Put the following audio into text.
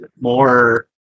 more